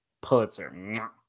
Pulitzer